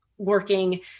Working